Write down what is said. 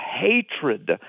hatred